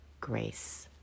grace